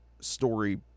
story